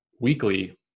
weekly